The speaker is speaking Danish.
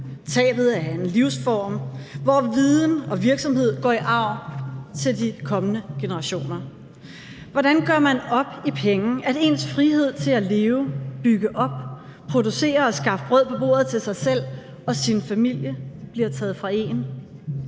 tabet af en livsform, hvor viden og virksomhed går i arv til de kommende generationer? Hvordan gør man op i penge, at ens frihed til at leve, bygge op, producere og skaffe brød på bordet til sig selv og sin familie bliver taget fra en?